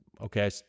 okay